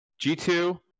G2